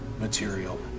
material